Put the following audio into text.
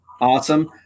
Awesome